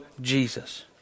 Jesus